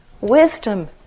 Wisdom